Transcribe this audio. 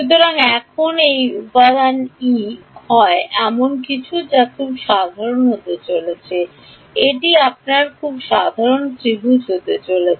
সুতরাং এখন এই উপাদান ই হয় এমন কিছু যা খুব সাধারণ হতে চলেছে এটি আপনার খুব সাধারণ ত্রিভুজ হতে চলেছে